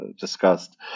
discussed